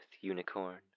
unicorn